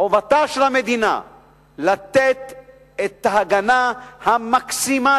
חובתה של המדינה לתת את ההגנה המקסימלית